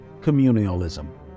communalism